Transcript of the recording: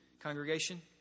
congregation